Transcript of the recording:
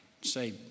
say